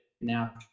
now